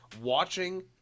watching